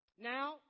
Now